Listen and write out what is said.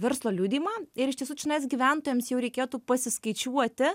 verslo liudijimą ir iš tiesų čionais gyventojams jau reikėtų pasiskaičiuoti